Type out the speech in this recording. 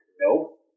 Nope